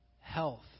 Health